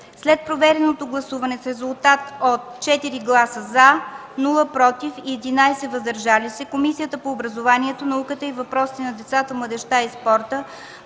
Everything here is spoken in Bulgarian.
След проведеното гласуване с резултат от 4 гласа „за”, 0 – „против” и 11 „въздържали се”, Комисията по образованието, науката и въпросите на децата, младежта и спорта